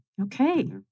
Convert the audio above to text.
Okay